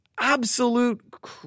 Absolute